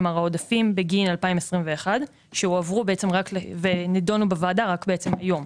כלומר העודפים בגין 2021 שהועברו ונידונים בוועדה בעצם רק היום.